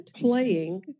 Playing